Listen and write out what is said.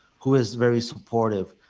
who is very supportive.